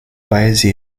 paesi